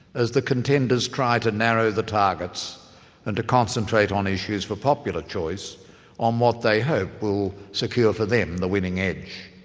as the contenders try to narrow the targets and to concentrate on issues for popular choice on what they hope will secure for them the winning edge.